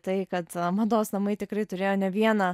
tai kad mados namai tikrai turėjo ne vieną